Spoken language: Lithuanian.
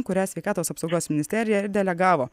kurią sveikatos apsaugos ministerija ir delegavo